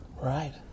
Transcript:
Right